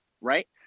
right